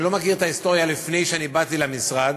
אני לא מכיר את ההיסטוריה לפני שהגעתי למשרד,